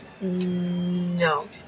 No